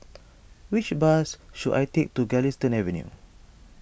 which bus should I take to Galistan Avenue